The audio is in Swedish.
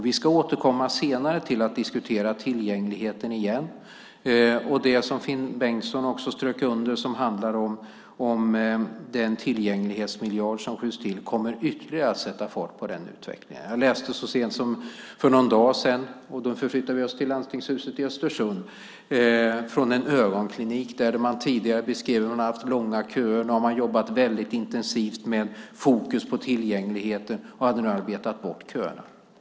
Vi ska återkomma senare till att diskutera tillgängligheten, och det som Finn Bengtsson strök under som handlar om den tillgänglighetsmiljard som skjuts till kommer ytterligare att sätta fart på den utvecklingen. Jag läste så sent som för någon dag sedan - nu förflyttar vi oss till landstingshuset i Östersund - om en ögonklinik där man tidigare hade långa köer. Nu har man jobbat intensivt med fokus på tillgängligheten och har arbetat bort köerna.